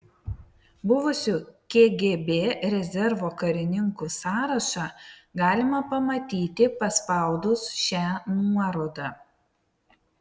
buvusių kgb rezervo karininkų sąrašą galima pamatyti paspaudus šią nuorodą